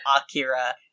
Akira